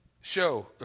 show